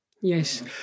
Yes